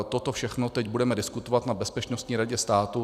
Toto všechno teď budeme diskutovat na Bezpečnostní radě státu.